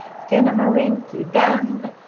skinnamarinky-dand.